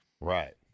Right